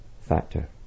factor